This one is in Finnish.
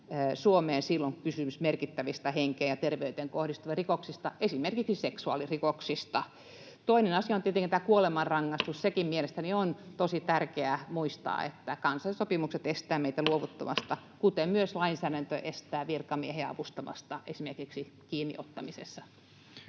Suomeen silloin, kun kysymys on merkittävistä henkeen ja terveyteen kohdistuvista rikoksista, esimerkiksi seksuaalirikoksista. Toinen asia on tietenkin tämä kuolemanrangaistus. Sekin mielestäni on tosi tärkeää muistaa, että kansainväliset sopimukset estävät meitä luovuttamasta, kuten myös lainsäädäntö estää virkamiehiä avustamasta esimerkiksi kiinniottamisessa.